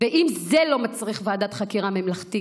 ואם זה לא מצריך ועדת חקירה ממלכתית,